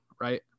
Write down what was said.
Right